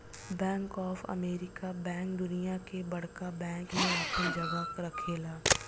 bank of America bank दुनिया के बड़का बैंक में आपन जगह रखेला